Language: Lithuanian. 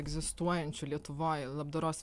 egzistuojančių lietuvoje labdaros